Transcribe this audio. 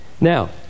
Now